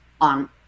on